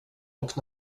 och